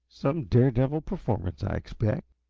some dare-devil performance, i expect.